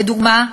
לדוגמה,